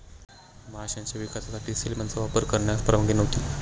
माशांच्या विकासासाठी सेलमनचा वापर करण्यास परवानगी नव्हती